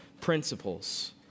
principles